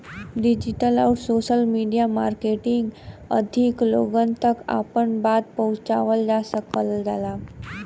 digital आउर social media marketing अधिक लोगन तक आपन बात पहुंचावल जा सकल जाला